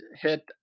hit